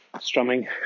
strumming